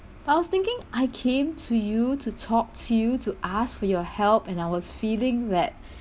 but I was thinking I came to you to talk to you to ask for your help and I was feeling that